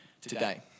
today